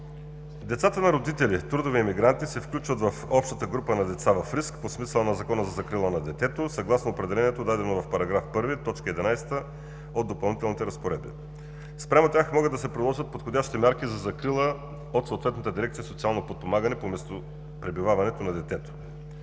Децата на родители трудови емигранти се включват в общата група на деца в риск по смисъла на Закона за закрила на детето съгласно определението, дадено в § 1, т. 11 от „Допълнителните разпоредби“. Спрямо тях могат да се приложат подходящи мерки за закрила от съответната Дирекция „Социално подпомагане“ по местопребиваването на детето.